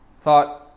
thought